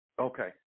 Okay